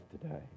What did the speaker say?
today